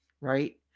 right